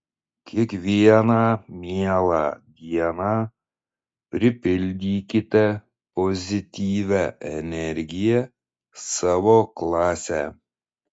kiekvieną mielą dieną pripildykite pozityvia energija savo klasę